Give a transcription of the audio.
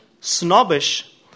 snobbish